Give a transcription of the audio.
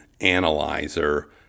analyzer